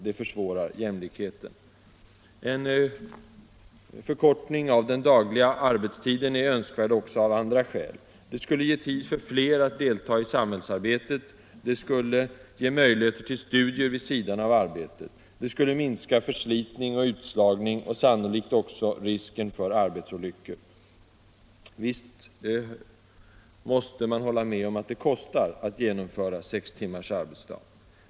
Det försvårar jämlikheten. En förkortning av den dagliga arbetstiden är önskvärd också av andra skäl. Det skulle ge tid för fler att delta i samhällsarbetet, det skulle ge möjlighet till studier vid sidan av arbetet. Det skulle minska förslitning och utslagning och sannolikt också risken för arbetsolyckor. Visst måste man hålla med om att det kostar att genomföra sex timmars arbetsdag.